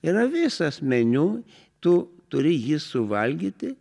yra visas meniu tu turi jį suvalgyti